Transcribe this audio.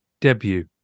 debut